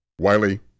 Wiley